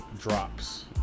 drops